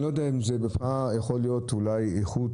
אבל אני לא יודע אם זה יכול להיות אולי איכות,